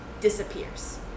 disappears